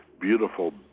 beautiful